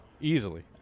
Easily